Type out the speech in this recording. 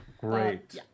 Great